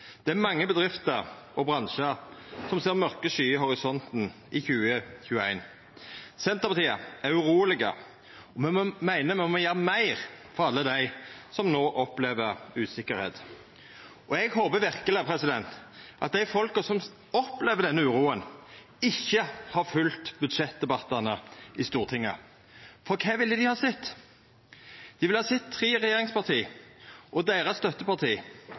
Det er mange bedrifter og bransjar som ser mørke skyer i horisonten i 2021. Senterpartiet er urolege, og me meiner me må gjera meir for alle dei som no opplever usikkerheit. Eg håpar verkeleg at dei folka som opplever denne uroa, ikkje har følgt budsjettdebattane i Stortinget. For kva ville dei ha sett? Dei ville ha sett tre regjeringsparti og støttepartiet deira